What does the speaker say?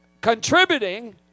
contributing